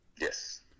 yes